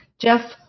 Jeff